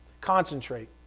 Concentrate